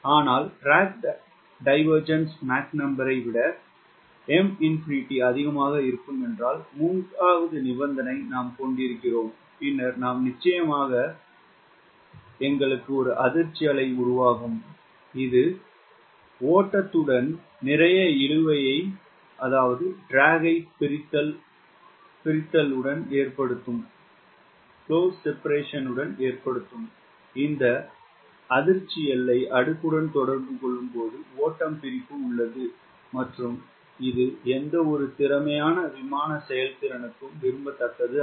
ஆனால் MDD விட 𝑀 அதிகமாக இருக்கும் என்றால் மூன்றாவது நிபந்தனையை நாம் கொண்டிருக்கிறோம் பின்னர் நாம் நிச்சயமாக எங்களுக்கு ஒரு அதிர்ச்சி அலை உருவாகும் இது ஓட்டத்துடன் நிறைய இழுவை பிரித்தல் உடன் ஏற்படுத்தும் இந்த அதிர்ச்சி எல்லை அடுக்குடன் தொடர்பு கொள்ளும் ஓட்டம் பிரிப்பு உள்ளது மற்றும் இது எந்தவொரு திறமையான விமான செயல்திறனுக்கும் விரும்பத்தக்கது அல்ல